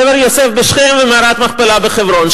קבר יוסף בשכם ומערת המכפלה בחברון.